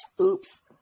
Oops